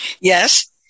Yes